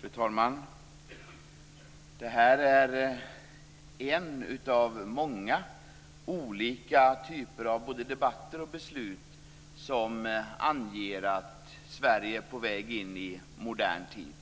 Fru talman! Det här är en av många olika typer av både debatter och beslut som anger att Sverige är på väg in i modern tid.